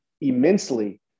immensely